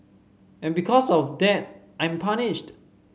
and because of that I'm punished